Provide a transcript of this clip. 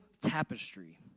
tapestry